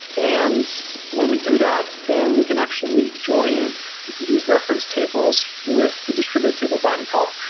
and when we do that, then we can actually join these reference tables with the distributor table by any column.